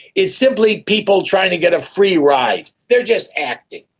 it's simply people trying to get a free ride, they're just acting.